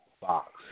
box